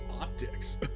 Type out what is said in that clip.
optics